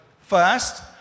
First